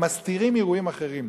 הם מסתירים אירועים אחרים.